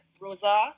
Rosa